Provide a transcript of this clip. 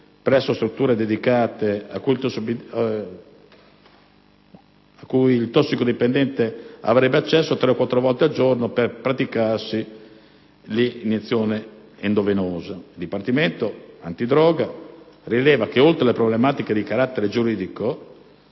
presso strutture dedicate a cui il tossicodipendente avrebbe accesso tre o quattro volte al giorno per praticarsi l'iniezione endovenosa. Il Dipartimento antidroga rileva, oltre alle problematiche di carattere giuridico,